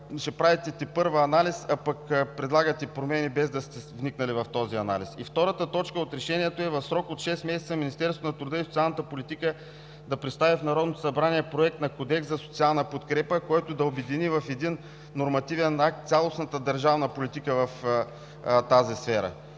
ще правите тепърва анализ, пък предлагате промени, без да сте вникнали в този анализ? Втората точка от решението е: „2. В срок от шест месеца Министерството на труда и социалната политика да представи в Народното събрание Проект на Кодекс за социална подкрепа, който да обедини в един нормативен акт цялостната държавна политика в тази сфера“.